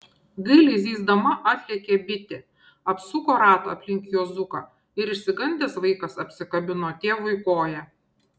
gailiai zyzdama atlėkė bitė apsuko ratą aplink juozuką ir išsigandęs vaikas apsikabino tėvui koją